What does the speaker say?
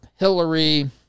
Hillary